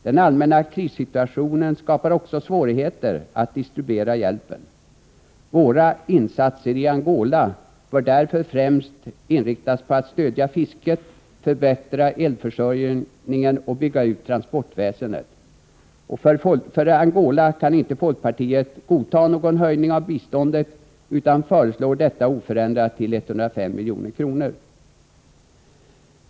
Den allmänna krissituationen skapar också svårigheter att distribuera hjälpen. Våra insatser i Angola bör därför främst inriktas på att stödja fisket, förbättra elförsörjningen och bygga ut transportväsendet. För Angola kan inte folkpartiet godta en höjning av biståndet utan föreslår detta oförändrat till 105 milj.kr.